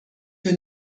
für